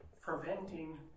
preventing